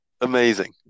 Amazing